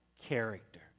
character